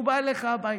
והוא חי,